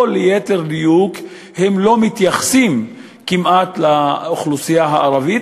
או ליתר דיוק הם לא מתייחסים כמעט לאוכלוסייה הערבית,